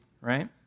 right